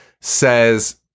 says